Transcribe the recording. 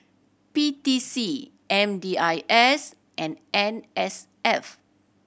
P T C M D I S and N S F